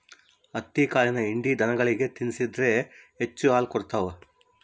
ಹತ್ತಿಕಾಳಿನ ಹಿಂಡಿ ದನಗಳಿಗೆ ತಿನ್ನಿಸಿದ್ರ ಹೆಚ್ಚು ಹಾಲು ಕೊಡ್ತಾವ